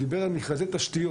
הוא דיבר על מכרזי תשתיות.